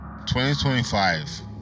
2025